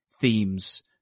themes